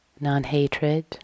non-hatred